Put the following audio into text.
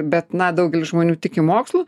bet na daugelis žmonių tiki mokslu